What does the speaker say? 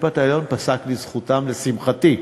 ובית-המשפט העליון פסק לזכותם, לשמחתי.